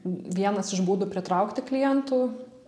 vienas iš būdų pritraukti klientų